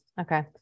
Okay